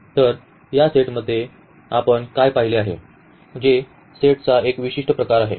तर या सेटमध्ये आपण काय पाहिले आहे जे सेटचा एक विशिष्ट प्रकार आहे